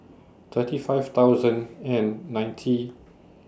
thirty five thousand and ninety